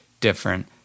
different